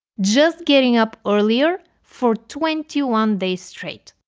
just getting up earlier for twenty one days straight.